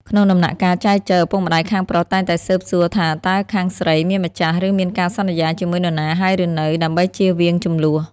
ក្នុងដំណាក់កាលចែចូវ ឪពុកម្ដាយខាងប្រុសតែងតែស៊ើបសួរថាតើខាងស្រី "មានម្ចាស់ ឬមានការសន្យាជាមួយនរណាហើយឬនៅ" ដើម្បីចៀសវាងជម្លោះ។